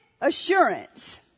assurance